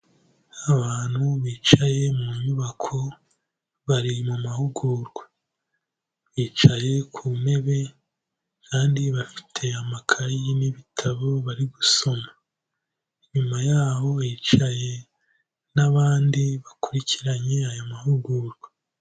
Abantu bicaye mu nyubako bari mu mahugurwa, bicaye ku ntebe kandi bafite amakayi n'ibitabo bari gusoma, inyuma yaho hicaye n'abandi bakurikiranye aya mahugurwa.